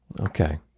Okay